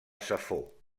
safor